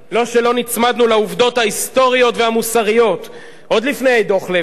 לא שלא נצמדנו לעובדות ההיסטוריות והמוסריות עוד לפני דוח-לוי,